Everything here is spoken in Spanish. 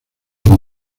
con